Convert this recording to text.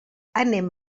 anem